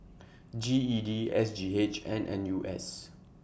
G E D S G H and N U S